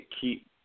keep